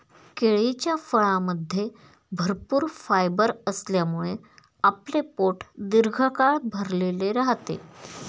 केळीच्या फळामध्ये भरपूर फायबर असल्यामुळे आपले पोट दीर्घकाळ भरलेले राहते